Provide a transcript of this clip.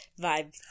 vibe